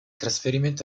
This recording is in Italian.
trasferimento